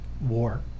war